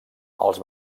els